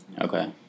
Okay